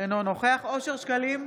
אינו נוכח אושר שקלים,